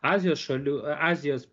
azijos šalių azijos